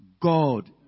God